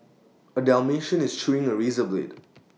A Dalmatian is chewing A razor blade